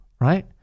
Right